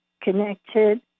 connected